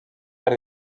per